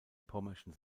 pommerschen